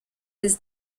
his